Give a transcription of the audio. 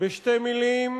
בשתי מלים: